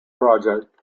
project